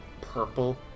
purple